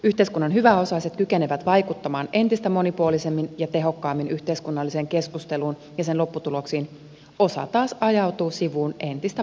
yhteiskunnan hyväosaiset kykenevät vaikuttamaan entistä monipuolisemmin ja tehokkaammin yhteiskunnalliseen keskusteluun ja sen lopputuloksiin osa taas ajautuu sivuun entistä pahemmin